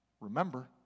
remember